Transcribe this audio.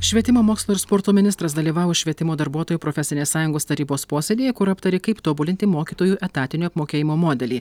švietimo mokslo ir sporto ministras dalyvavo švietimo darbuotojų profesinės sąjungos tarybos posėdyje kur aptarė kaip tobulinti mokytojų etatinio apmokėjimo modelį